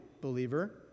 believer